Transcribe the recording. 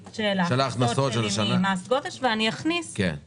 של ההכנסות ממס גודש וכך ייקבע התקציב.